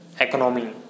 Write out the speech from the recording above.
economy